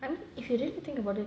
I mean if you really think about it